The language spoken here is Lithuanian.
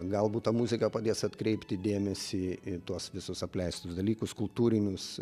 galbūt ta muzika padės atkreipti dėmesį į tuos visus apleistus dalykus kultūrinius